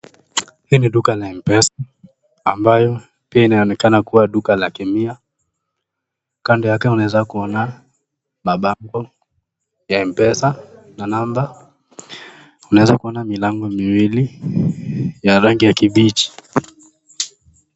Hili ni duka la mpesa ambayo inaonekana pia kuwa duka la kemia, kando yake ineaza mapango na namba yake ya empesa, kuona milango miwili ya rangi ya kibichi